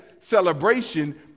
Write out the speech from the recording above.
celebration